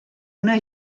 una